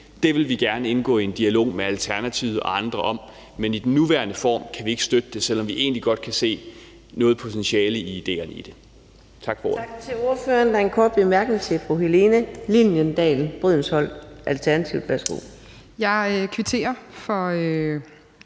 til, vil vi gerne indgå en dialog med Alternativet og andre om, men i den nuværende form kan vi ikke støtte det, selv om vi egentlig godt kan se noget potentiale i det. Tak for ordet.